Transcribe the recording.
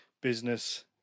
business